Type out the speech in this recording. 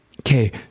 okay